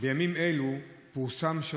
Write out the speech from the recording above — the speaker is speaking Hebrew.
בימים אלו פורסם,